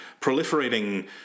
proliferating